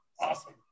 awesome